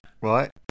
Right